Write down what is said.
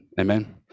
amen